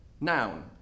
Noun